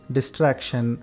Distraction